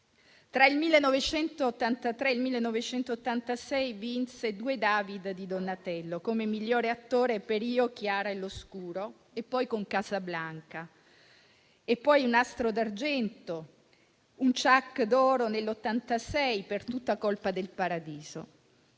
Tra il 1983 e il 1986 vinse due David di Donatello come migliore attore per «Io, Chiara e lo Scuro» e poi con «Casablanca Casablanca» e poi un Astro d'argento, un Ciak d'oro nel 1986 per «Tutta colpa del paradiso».